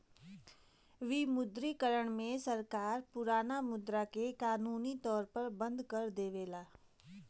विमुद्रीकरण में सरकार पुराना मुद्रा के कानूनी तौर पर बंद कर देवला